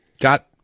got